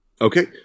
Okay